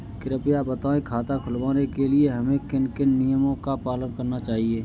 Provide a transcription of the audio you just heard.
कृपया बताएँ खाता खुलवाने के लिए हमें किन किन नियमों का पालन करना चाहिए?